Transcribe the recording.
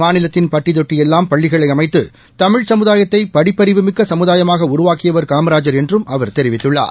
மாநிலத்தின் பட்டிதொட்டியெல்லாம் பள்ளிகளைஅமைத்து தமிழ்ச் சமுதாயத்தைபடிப்பறிவுமிக்கசமுதாயமாகஉருவாக்கியவர் காமராஜர் என்றும் அவர் தெரிவித்துள்ளார்